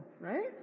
right